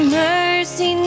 mercy